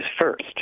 first